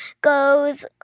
goes